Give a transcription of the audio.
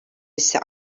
ise